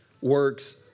works